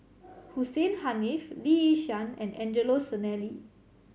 Hussein Haniff Lee Yi Shyan and Angelo Sanelli